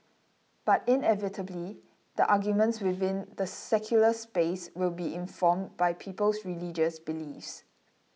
but inevitably the arguments within the secular space will be informed by people's religious beliefs